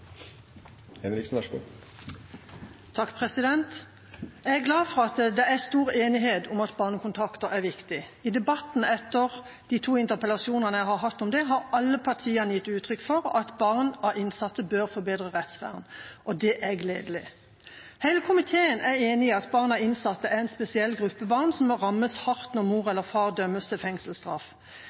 stor enighet om at barnekontakter er viktig. I debattene etter de to interpellasjonene jeg har hatt om det, har alle partiene gitt uttrykk for at barn av innsatte bør få bedre rettsvern. Det er gledelig. Hele komiteen er enige om at barn av innsatte er en spesiell gruppe barn, som rammes hardt når mor eller far dømmes til fengselsstraff.